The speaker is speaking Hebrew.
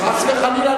חס וחלילה,